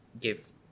Give